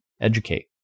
Educate